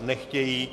Nechtějí.